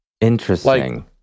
Interesting